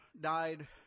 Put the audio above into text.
died